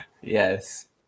Yes